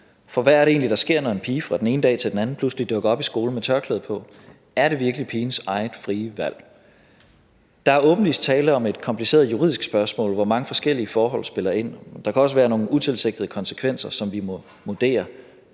For hvad er det egentlig, der sker, når en pige fra den ene dag til den anden pludselig dukker op i skolen med tørklæde på? Er det virkelig pigens eget frie valg? Der er åbenlyst tale om et kompliceret juridisk spørgsmål, hvor mange forskellige forhold spiller ind. Der kan også være nogle utilsigtede konsekvenser, som vi må vurdere,